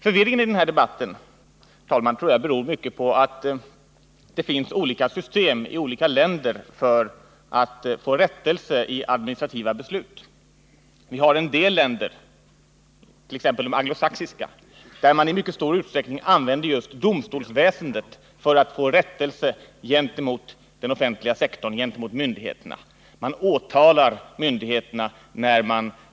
Förvirringen i den här debatten, herr talman, tror jag till stor del beror på att det finns olika system i olika länder när det gäller att få rättelse till stånd i administrativa beslut. Vi har en del länder, t.ex. de anglosaxiska, där man i mycket stor utsträckning går via domstolsväsendet när man vill ha rättelse gentemot myndigheterna. Man åtalar alltså myndigheterna.